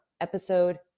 episode